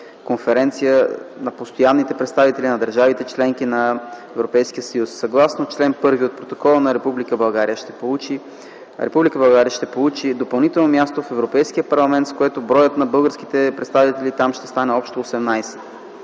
Конференция на постоянните представители на държави – членки на Европейския съюз. Съгласно чл. 1 от Протокола Република България ще получи допълнително място в Европейския парламент, с което броят на българските представители там ще стане общо 18.